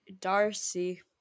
Darcy